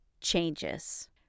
changes